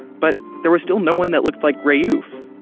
but there was still no one that looked like rayouf,